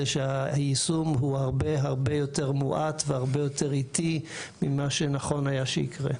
שהיישום הוא הרבה יותר מואט והרבה יותר איטי ממה שנכון היה שיקרה.